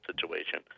situation